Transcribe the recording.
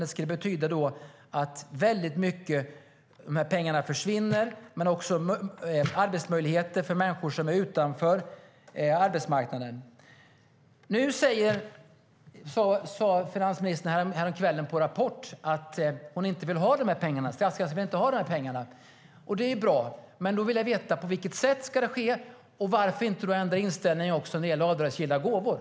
Det skulle betyda att mycket av pengarna försvinner, och även arbetsmöjligheter för människor som är utanför arbetsmarknaden. häromkvällen att statskassan inte vill ha de här pengarna, och det är bra. Men då vill jag veta på vilket sätt det här ska ske. Och varför då inte ändra inställning också när det gäller avdragsgilla gåvor?